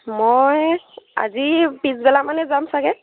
মই আজি পিছবেলা মানে যাম চাগে